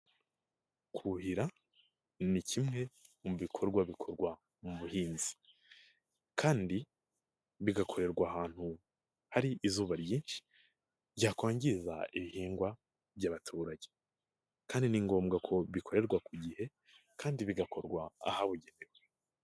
Kuhira ni kimwe mu bikorwa bikorwa mu buhinzi kandi bigakorerwa ahantu hari izuba ryinshi ryakwangiza ibihingwa by'abaturage kandi ni ngombwa ko bikorerwa ku gihe kandi bigakorwa ahabugenewe.